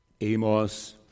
Amos